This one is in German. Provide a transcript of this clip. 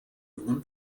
jungen